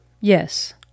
Yes